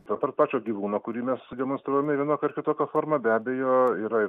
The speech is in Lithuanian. apart pačio gyvūno kurį mes demonstruojame vienokia ar kitokia forma be abejo yra ir